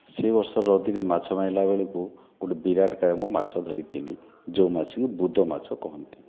ସେ ବର୍ଷର ଅଧିକା ମାଛ ମାଇଲା ବେଳକୁ ଗୋଟିଏ ବିରାଟକାୟ ମୁଁ ମାଛ ଧରିଥିଲି ଯେଉଁ ମାଛକି ବୁଦମାଛ କହନ୍ତି